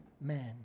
man